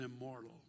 immortal